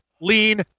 Lean